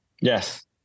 yes